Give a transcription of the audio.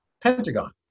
pentagon